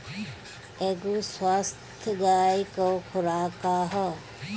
एगो स्वस्थ गाय क खुराक का ह?